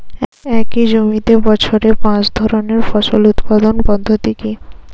একই জমিতে বছরে পাঁচ ধরনের ফসল উৎপাদন পদ্ধতি কী?